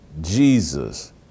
Jesus